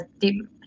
deep